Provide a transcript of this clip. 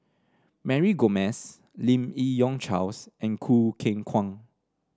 Mary Gomes Lim Yi Yong Charles and Choo Keng Kwang